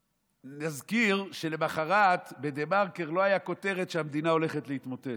ונזכיר שלמוחרת בדה-מרקר לא הייתה כותרת שהמדינה הולכת להתמוטט.